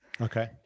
Okay